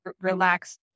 relax